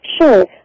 Sure